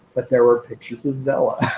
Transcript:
but there were pictures of zella.